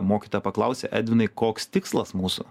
mokyta paklausė edvinai koks tikslas mūsų